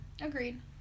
Agreed